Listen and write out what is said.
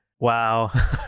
wow